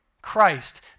Christ